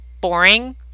boring